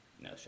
no